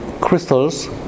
crystals